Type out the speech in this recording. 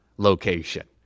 location